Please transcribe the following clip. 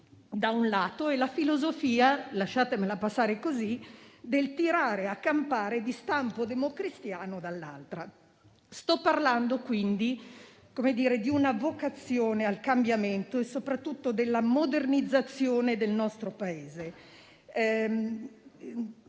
da un lato, e alla filosofia - lasciatemela passare così - del tirare a campare di stampo democristiano, dall'altro. Sto parlando quindi di una vocazione al cambiamento e soprattutto della modernizzazione del nostro Paese.